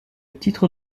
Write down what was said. titre